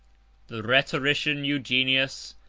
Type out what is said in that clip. the rhetorician eugenius,